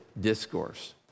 Discourse